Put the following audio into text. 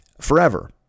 forever